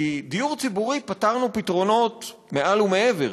כי בדיור הציבורי הבאנו פתרונות מעל ומעבר,